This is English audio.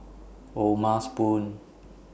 O'ma Spoon